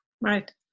Right